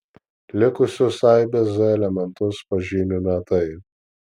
likusius aibės z elementus pažymime taip